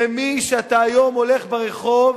למי שאתה היום הולך ברחוב